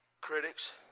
critics